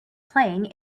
playing